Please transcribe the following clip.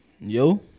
Yo